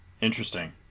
Interesting